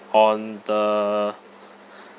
on the